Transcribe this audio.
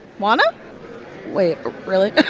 juana wait. really? that's